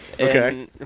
Okay